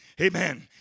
Amen